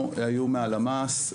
היו מהלמ"ס,